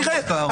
תראה,